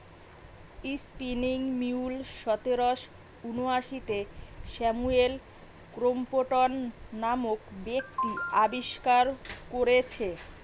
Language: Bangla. স্পিনিং মিউল সতেরশ ঊনআশিতে স্যামুয়েল ক্রম্পটন নামক ব্যক্তি আবিষ্কার কোরেছে